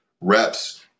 reps